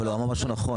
אבל הוא אמר משהו נכון.